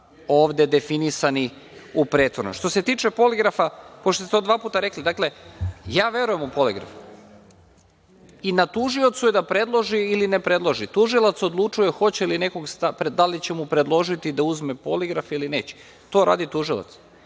Ovde definisani u predlogu. Što se tiče poligrafa, pošto ste to dva puta rekli, ja verujem u poligraf i na tužiocu je da predloži ili ne predloži. Znači, tužilac odlučuje hoće li nekome predložiti da uzme poligraf ili neće. To radi tužilac